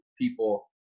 people